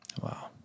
Wow